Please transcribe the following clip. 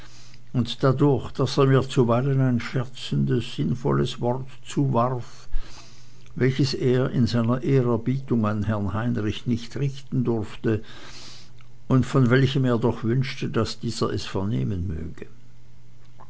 und dadurch daß er mir zuweilen ein scherzendes sinnvolles wort zuwarf welches er in seiner ehrerbietung an herrn heinrich nicht richten durfte und von welchem er doch wünschte daß dieser es vernehmen möge